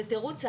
זה תירוץ עלוב,